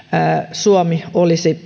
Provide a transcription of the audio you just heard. suomi olisi